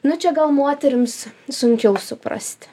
nu čia gal moterims sunkiau suprasti